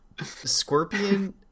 Scorpion